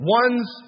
one's